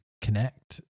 connect